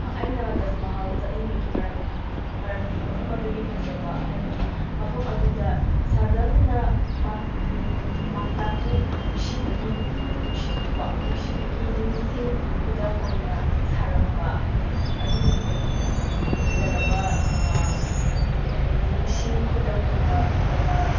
ꯑꯩꯅ ꯇꯥꯖ ꯃꯍꯜ ꯆꯠꯅꯤꯡꯕꯒꯤ ꯃꯔꯝ ꯃꯔꯝꯗꯤ ꯃꯐꯝ ꯑꯗꯨꯒꯤ ꯐꯖꯕ ꯍꯥꯏꯕꯗꯤ ꯃꯐꯝ ꯑꯗꯨꯗ ꯁꯍꯥ ꯖꯍꯥꯟꯅ ꯃꯝꯇꯥꯖꯄꯨ ꯅꯨꯡꯁꯤꯕꯒꯤ ꯅꯨꯡꯁꯤꯕꯤꯀꯣ ꯅꯨꯡꯁꯤꯕꯒꯤ ꯅꯤꯡꯁꯤꯡ ꯈꯨꯗꯝ ꯑꯣꯏꯅ ꯁꯥꯔꯝꯕ ꯍꯥꯏꯕꯗꯤ ꯑꯗꯨꯒꯨꯝꯕꯒꯤ ꯐꯖꯔꯕ ꯅꯤꯡꯁꯤꯡ ꯈꯨꯗꯝ ꯑꯣꯏꯅ ꯐꯖꯕ